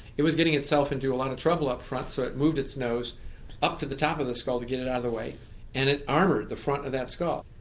it was getting itself into a lot of trouble up front so it moved its nose up to the top of the skull to get it out of the way and it armoured the front of that skull.